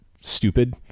stupid